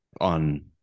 on